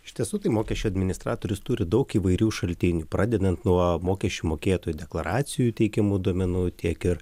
iš tiesų tai mokesčių administratorius turi daug įvairių šaltinių pradedant nuo mokesčių mokėtojų deklaracijoj teikiamų duomenų tiek ir